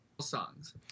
songs